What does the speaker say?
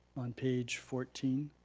on page fourteen.